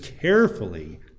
carefully